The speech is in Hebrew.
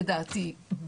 לדעתי,